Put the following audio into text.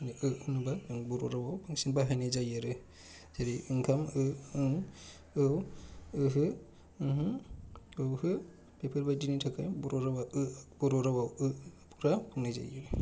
ओ नुबा बर' रावआव बांसिन बाहायनाय जायो आरो जेरै ओंखाम ओ ओं औ ओहो ओमहो ओंहो बेफोरबायदिनि थाखाय बर' रावआ ओ बर' रावआव ओ फोरा बुंनाय जायो